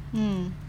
mm